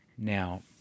Now